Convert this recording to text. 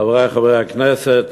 חברי חברי הכנסת,